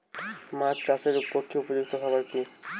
মাছ চাষের পক্ষে উপযুক্ত খাবার কি কি?